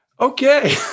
Okay